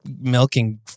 milking